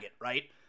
right